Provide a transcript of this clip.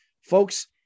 Folks